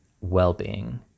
well-being